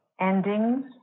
Endings